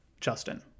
Justin